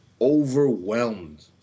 overwhelmed